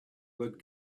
that